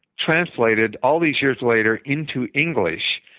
translated all these years later into english,